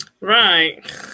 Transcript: right